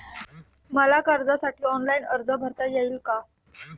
मला कर्जासाठी ऑनलाइन अर्ज भरता येईल का?